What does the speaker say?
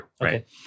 right